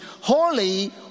holy